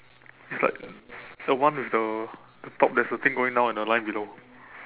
it's like a one with the a top there's a thing going down at the line below